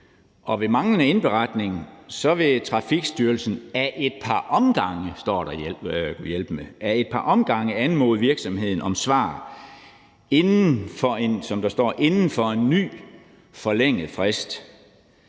Ved manglende indberetning vil styrelsen typisk ad et par omgange anmode virksomheden om svar inden for en ny forlænget frist.«